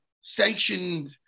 sanctioned